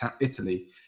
Italy